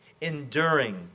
Enduring